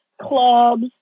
clubs